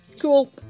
Cool